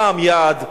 פעם יד,